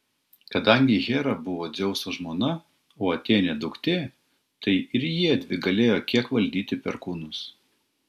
kadangi hera buvo dzeuso žmona o atėnė duktė tai ir jiedvi galėjo kiek valdyti perkūnus